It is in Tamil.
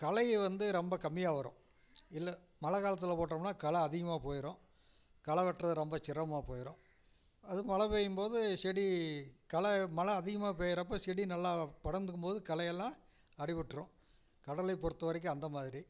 களை வந்து ரொம்ப கம்மியாகவரும் இல்லை மழைக்காலத்துல போட்டோம்னால் களை அதிகமாக போயிடும் களை வெட்ட ரொம்ப சிரமம்மா போயிடும் அதுவும் மழை பெய்யும் போது செடி களை மழை அதிகமாக பெய்யிறப்ப நல்லா படர்ந்திருக்கும்போது களையெல்லாம் அடிபட்டுடும் கடலையை பொறுத்தவரைக்கும் அந்தமாதிரி